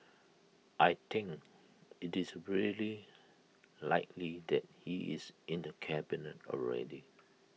I think IT is very likely that he is in the cabinet already